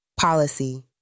Policy